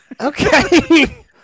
Okay